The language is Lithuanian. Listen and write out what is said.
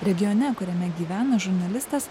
regione kuriame gyvena žurnalistas